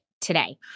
today